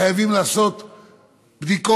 חייבים לעשות בדיקות,